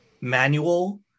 manual